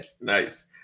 nice